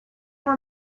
were